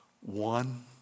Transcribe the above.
One